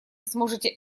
сможете